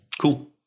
cool